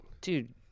dude